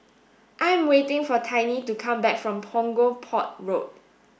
I am waiting for Tiney to come back from Punggol Port Road